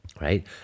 right